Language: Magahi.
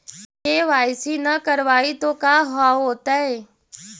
के.वाई.सी न करवाई तो का हाओतै?